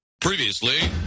Previously